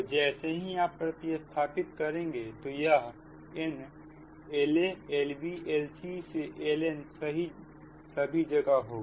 तो जैसे ही आप प्रतिस्थापित करेंगे तो यह nLaLbLcLn सभी जगह होगा